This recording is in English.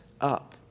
up